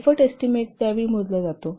effort estimate त्यावेळी मोजला जातो